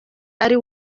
ari